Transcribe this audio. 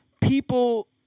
people